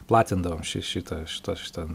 platindavom ši šitą šitą šitą